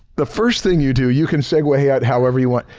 the first thing you do, you can say go ahead however you want,